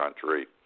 country